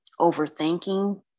overthinking